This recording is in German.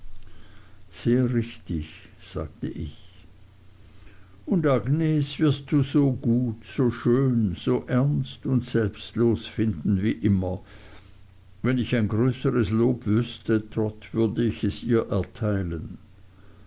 sehr richtig sagte ich und agnes wirst du so gut so schön so ernst und selbstlos finden wie immer wenn ich ein größeres lob wüßte trot würde ich es ihr erteilen